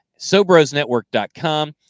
SobrosNetwork.com